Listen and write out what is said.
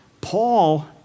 Paul